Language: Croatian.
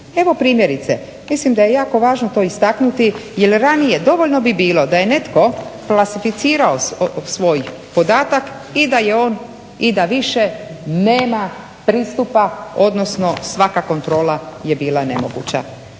Evo primjerice, mislim da je jako važno to istaknuti jer ranije dovoljno bi bilo da je netko klasificirao svoj podatak i da je on i da više nema pristupa, odnosno svaka kontrola je bila nemoguća.